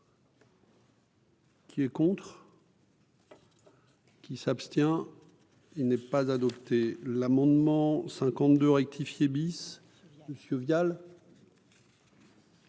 Qui est contre. Qui s'abstient, il n'est pas adopté l'amendement 52 rectifié bis monsieur Vial.